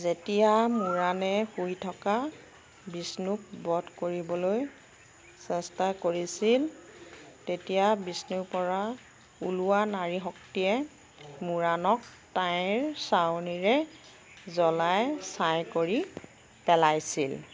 যেতিয়া মুৰানে শুই থকা বিষ্ণুক বধ কৰিবলৈ চেষ্টা কৰিছিল তেতিয়া বিষ্ণুৰ পৰা ওলোৱা নাৰী শক্তিয়ে মুৰানক তাইৰ চাৱনিৰে জ্বলাই ছাই কৰি পেলাইছিল